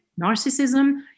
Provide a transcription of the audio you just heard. narcissism